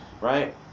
right